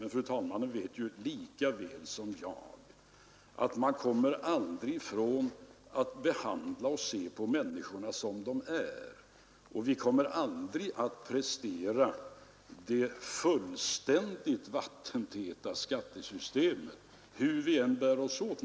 Men fru talmannen vet ju lika väl som jag att man kommer aldrig ifrån att behandla och se på människor som de är, och vi kommer aldrig att prestera det fullständigt vattentäta skattesystemet, hur vi än bär oss åt.